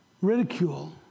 ridicule